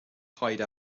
hide